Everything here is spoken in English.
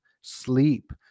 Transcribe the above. sleep